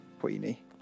queenie